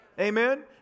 Amen